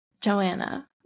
Joanna